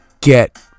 Get